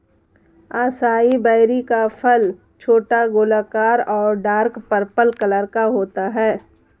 acai berry का फल छोटा, गोलाकार और डार्क पर्पल कलर का होता है